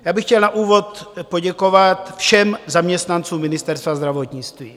Já bych chtěl na úvod poděkovat všem zaměstnancům Ministerstva zdravotnictví.